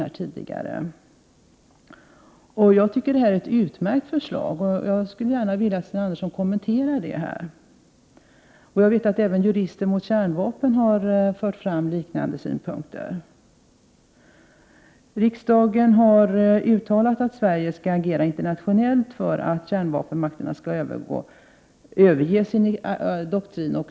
Jag tycker att mitt förslag är utmärkt, och jag skulle vilja att Sten Andersson kommenterade det här. Jurister mot kärnkraft har fört fram liknande synpunkter. Riksdagen har uttalat att Sverige skall agera internationellt för att kärnvapenmakterna skall överge sin doktrin.